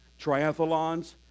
Triathlons